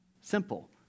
simple